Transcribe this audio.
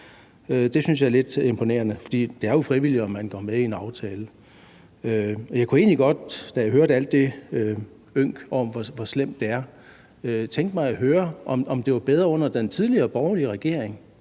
Det synes jeg er lidt imponerende, for det er jo frivilligt, om man går med i en aftale, og jeg kunne egentlig godt, når jeg hører al den ynk om, hvor slemt det er, tænke mig at høre, om det var bedre under den tidligere borgerlige regering.